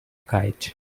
kite